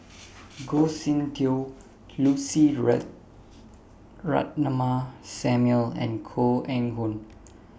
Goh Soon Tioe Lucy Ratnammah Samuel and Koh Eng Hoon